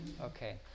Okay